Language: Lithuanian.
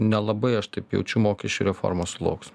nelabai aš taip jaučiu mokesčių reforma sulauks